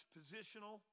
positional